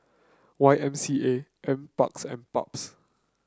Y M C A NParks and PUBS